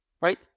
right